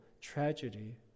tragedy